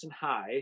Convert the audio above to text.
High